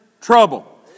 trouble